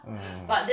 ah